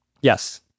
Yes